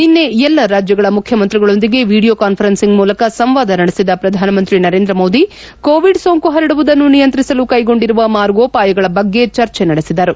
ನಿನ್ನೆ ಎಲ್ಲ ರಾಜ್ಯಗಳ ಮುಖ್ಯಮಂತ್ರಿಗಳೊಂದಿಗೆ ವಿಡಿಯೋ ಕಾನ್ಫರೆನ್ಸಿಂಗ್ ಮೂಲಕ ಸಂವಾದ ನಡೆಸಿದ ಪ್ರಧಾನಮಂತ್ರಿ ನರೇಂದ್ರ ಮೋದಿ ಕೋವಿಡ್ ಸೋಂಕು ಪರಡುವುದನ್ನು ನಿಯಂತ್ರಿಸಲು ಕೈಗೊಂಡಿರುವ ಮಾರ್ಗೋಪಾಯಗಳ ಬಗ್ಗೆ ಚರ್ಚೆ ನಡೆಸಿದರು